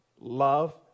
Love